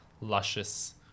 luscious